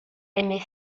aimait